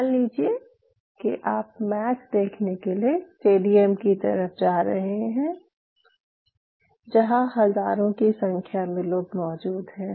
मान लीजिये कि आप मैच देखने के लिए स्टेडियम की तरफ जा रहे हैं जहाँ हज़ारों की संख्या में लोग मौज़ूद हैं